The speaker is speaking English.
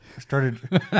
started